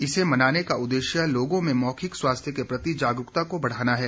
इसे मनाने का उदेश्य लोगों में मौखिक स्वास्थ्य के प्रति जागरूकता को बढ़ाना है